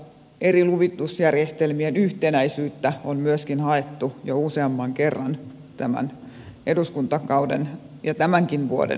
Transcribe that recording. eri luvitusjärjestelmien yhtenäisyyttä on myöskin haettu jo useamman kerran tämän eduskuntakauden ja tämänkin vuoden aikana